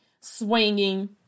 swinging